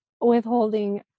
withholding